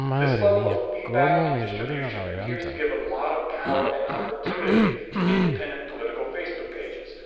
this level of feedback and distribution appears to give a lot of power and opportunity to independent political facebook pages,